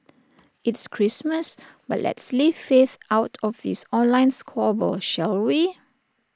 it's Christmas but let's leave faith out of this online squabble shall we